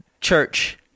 church